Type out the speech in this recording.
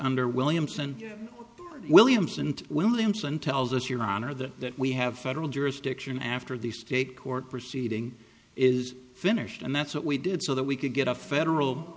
under williamson williams and williamson tells us your honor that we have federal jurisdiction after the state court proceeding is finished and that's what we did so that we could get a federal